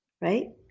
Right